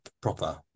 proper